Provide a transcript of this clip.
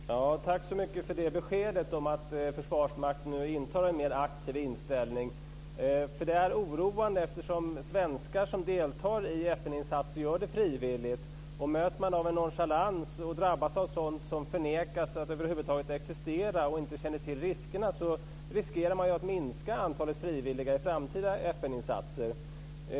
Fru talman! Tack så mycket för beskedet att Försvarsmakten nu intar en mer aktiv inställning. Det är nämligen oroande, eftersom svenskar som deltar i FN-insatser gör det frivilligt. Och om de möts av en nonchalans och drabbas av sådant som förnekas att det över huvud taget existerar och inte känner till riskerna så riskerar man ju att minska antalet frivilliga i framtida FN-insatser.